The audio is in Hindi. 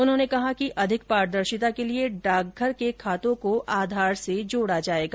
उन्होंने कहा कि अधिक पारदर्शिता के लिए डाकघर के खातों को आधार से जोड़ा जाएगा